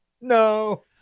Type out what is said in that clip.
No